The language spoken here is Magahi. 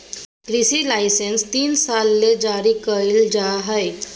कृषि लाइसेंस तीन साल ले जारी कइल जा हइ